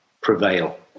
prevail